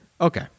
Okay